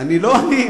לא אני.